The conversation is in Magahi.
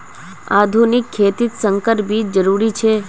आधुनिक खेतित संकर बीज जरुरी छे